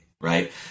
Right